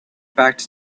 back